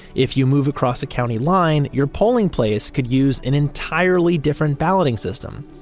if you move across the county line, your polling place could use an entirely different balloting system.